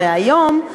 הרי היום,